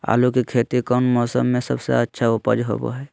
आलू की खेती कौन मौसम में सबसे अच्छा उपज होबो हय?